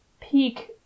peak